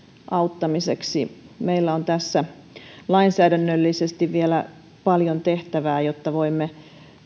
auttamiseksi meillä on tässä lainsäädännöllisesti vielä paljon tehtävää jotta voimme